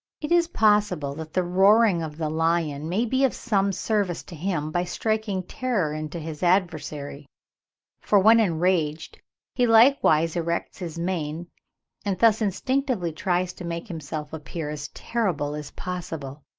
it is possible that the roaring of the lion may be of some service to him by striking terror into his adversary for when enraged he likewise erects his mane and thus instinctively tries to make himself appear as terrible as possible.